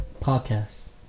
podcast